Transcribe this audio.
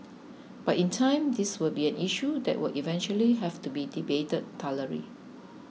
but in time this will be an issue that will eventually have to be debated thoroughly